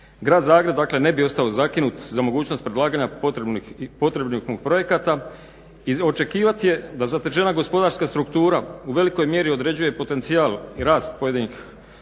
Grad Zagreb ne bi ostao zakinut za mogućnost predlaganja potrebnih projekta i očekivat je da zatečena gospodarska struktura u velikoj mjeri određuje potencijal i rast pojedinih regija